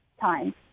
time